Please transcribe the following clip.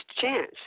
chance